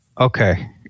Okay